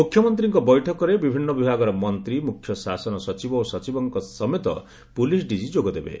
ମୁଖ୍ୟମନ୍ତୀଙ୍କ ବିଠକରେ ବିଭିନ୍ନ ବିଭାଗର ମନ୍ତୀ ମୁଖ୍ୟ ଶାସନ ସଚିବ ଓ ସଚିବଙ୍କ ସମେତ ପୁଲିସ ଡିଜି ଯୋଗଦେବେ